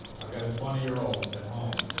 i've got a twenty year old at home